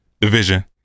Division